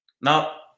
Now